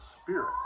spirit